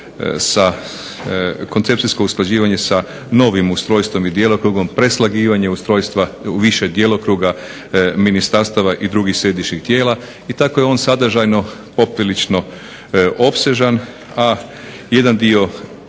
on koncepcijsko usklađivanje sa novim ustrojstvom i djelokrugom, preslagivanje ustrojstva u više djelokruga ministarstava i drugih središnjih tijela. I tako je on sadržajno poprilično opsežan, a jedan dio